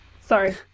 Sorry